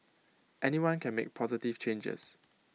anyone can make positive changes